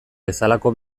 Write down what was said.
bezalako